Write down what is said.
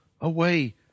away